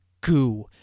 goo